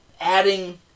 adding